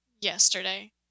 Yesterday